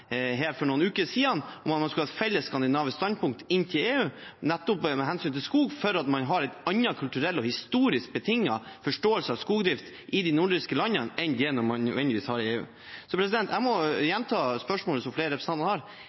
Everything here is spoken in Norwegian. her for noen uker siden om at man skulle ha et felles skandinavisk standpunkt overfor EU nettopp når det gjelder skog, fordi man har en annen kulturelt og historisk betinget forståelse av skogdrift i de nordiske landene enn det man nødvendigvis har i EU? Jeg må gjenta spørsmålet som flere av representantene har